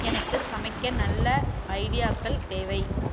எனக்கு சமைக்க நல்ல ஐடியாக்கள் தேவை